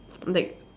like